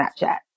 Snapchat